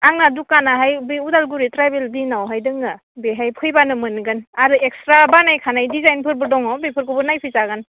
आंना दखानाहाय बै उदालगुरि ट्राइबेल बिनावहाय दङ बेहाय फैबानो मोनगोन आरो एक्सट्रा बानायखानाय दिजाइनफोरबो दङ बेफोरखौबो नायफैजागोन